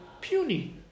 puny